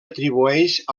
atribueix